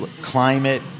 climate